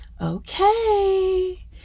okay